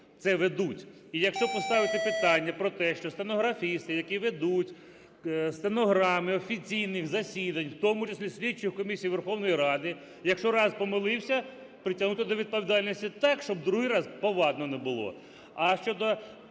це ведуть. І якщо поставити питання про те, що стенографісти, які ведуть стенограми офіційних засідань, в тому числі слідчих комісій Верховної Ради, якщо раз помилився, притягнути до відповідальності так, щоб другий раз повадно не було. А щодо